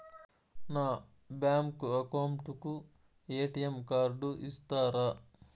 నా bank account కు ATM card ఇస్తారా